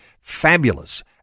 fabulous